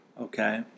Okay